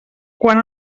quan